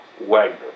Wagner